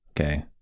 Okay